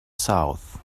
south